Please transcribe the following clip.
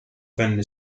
venne